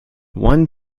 one